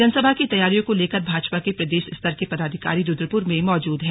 जनसभा की तैयारियों को लेकर भाजपा के प्रदेश स्तर के पदाधिकारी रुद्रपुर में मौजूद हैं